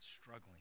struggling